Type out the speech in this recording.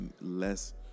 less